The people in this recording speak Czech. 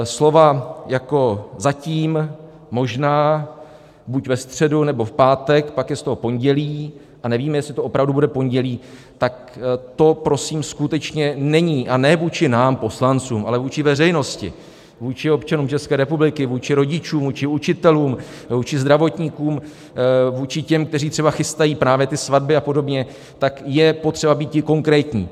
Slova jako zatím, možná, buď ve středu, nebo v pátek, pak je z toho pondělí, a nevíme, jestli to opravdu bude pondělí, tak to prosím skutečně není, a ne vůči nám poslancům, ale vůči veřejnosti, vůči občanům České republiky, vůči rodičům, vůči učitelům, vůči zdravotníkům, vůči těm, kteří třeba chystají právě ty svatby a podobně, tak je potřeba býti konkrétní.